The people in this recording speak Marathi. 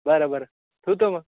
बरं बरं ठेवतो मग